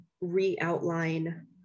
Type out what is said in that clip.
re-outline